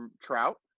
Trout